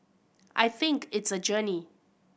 I think it's a journey